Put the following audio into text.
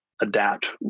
adapt